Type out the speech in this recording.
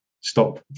stop